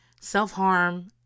self-harm